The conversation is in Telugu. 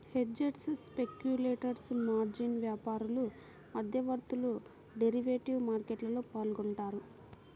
హెడ్జర్స్, స్పెక్యులేటర్స్, మార్జిన్ వ్యాపారులు, మధ్యవర్తులు డెరివేటివ్ మార్కెట్లో పాల్గొంటారు